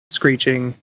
screeching